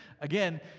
again